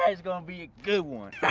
it's gonna be a good one!